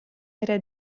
era